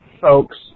folks